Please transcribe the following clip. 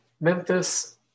Memphis